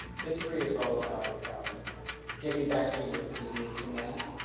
history is all about getting back to your previous commands.